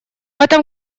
этом